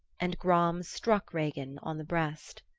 and gram struck regin on the breast.